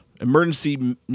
emergency